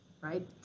Right